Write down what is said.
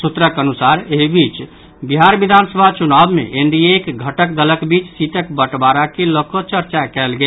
सूत्रक अनुसार एहि बीच बिहार विधान सभा चुनाव मे एनडीएक घटक दलक बीच सीटक बंटवारा के लऽ कऽ चर्चा कयल गेल